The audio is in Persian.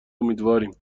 امیدواریم